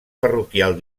parroquial